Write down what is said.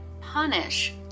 punish